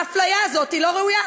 האפליה הזאת לא ראויה.